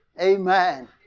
Amen